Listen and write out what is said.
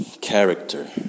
character